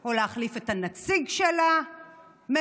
או להחליף את הנציג של הממשלה,